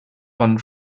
von